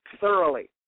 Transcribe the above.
thoroughly